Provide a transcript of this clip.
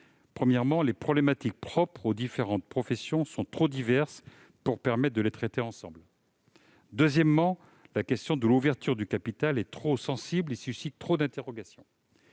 Premièrement, les problématiques propres aux différentes professions seraient trop diverses pour permettre de les traiter ensemble. Deuxièmement, la question de l'ouverture du capital serait trop sensible et susciterait trop d'interrogations.